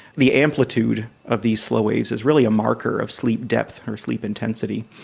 the amplitude of these slow waves is really a marker of sleep depth or sleep intensity.